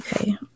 okay